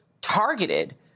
targeted